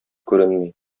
күренми